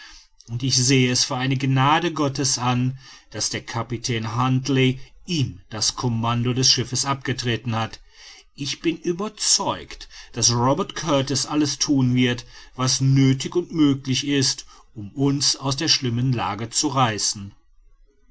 und ich sehe es für eine gnade gottes an daß der kapitän huntly ihm das commando des schiffes abgetreten hat ich bin überzeugt daß robert kurtis alles thun wird was nöthig und möglich ist um uns aus dieser schlimmen lage zu reißen